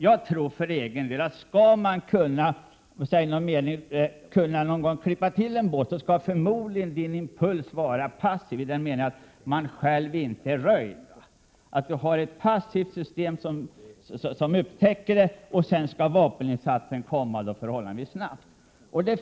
Jag för min del tror att skall vi någon gång kunna klippa till en ubåt skall vi upptäcka den med ett passivt system i den meningen att man ”passivt” lyssnar in ubåten utan att själv bli röjd, och sedan skall vapeninsatsen komma helt överraskande.